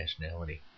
nationality